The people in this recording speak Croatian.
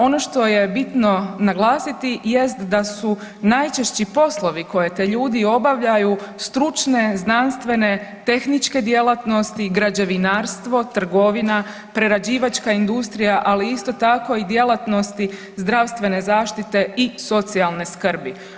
Ono što je bitno naglasiti jest da su najčešći poslovi koje ti ljudi obavljaju stručne, znanstvene, tehničke djelatnosti, građevinarstvo, trgovina, prerađivačka industrija, ali isto tako i djelatnosti zdravstvene zaštite i socijalne skrbi.